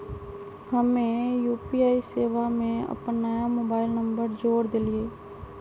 हम्मे यू.पी.आई सेवा में अपन नया मोबाइल नंबर जोड़ देलीयी